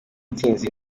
ntsinzi